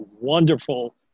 wonderful